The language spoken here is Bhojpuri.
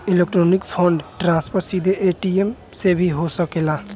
इलेक्ट्रॉनिक फंड ट्रांसफर सीधे ए.टी.एम से भी हो सकेला